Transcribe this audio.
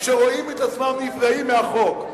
שרואים את עצמם נפגעים מהחוק.